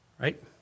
Right